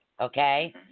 okay